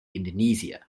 indonesia